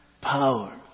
power